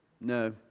No